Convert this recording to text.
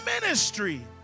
ministry